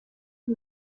qui